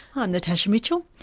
i'm natasha mitchell,